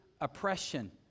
oppression